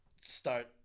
start